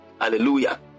Hallelujah